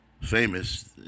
famous